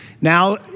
Now